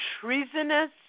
treasonous